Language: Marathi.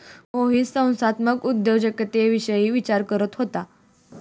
मोहित संस्थात्मक उद्योजकतेविषयी विचार करत होता